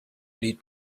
need